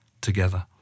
together